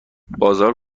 بازار